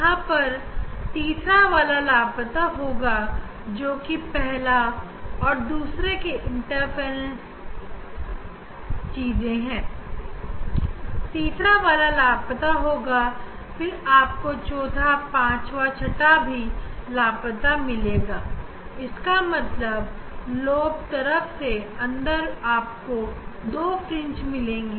यहां पर तीसरा वाला लापता होगा जो कि पहला और दूसरा आर्डर की इंटरफ्रेंस चीजें हैं तीसरा वाला लापता होगा फिर आप को चौथा पाचवा और छठवां भी लापता मिलेगा इसका मतलब lobe तरफ के अंदर आपको 2 fringe मिलेगी